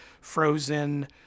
frozen